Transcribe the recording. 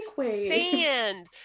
sand